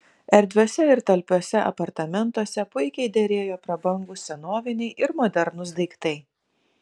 erdviuose ir talpiuose apartamentuose puikiai derėjo prabangūs senoviniai ir modernūs daiktai